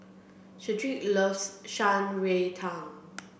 Shedrick loves Shan Rui Tang